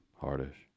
hardish